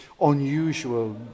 unusual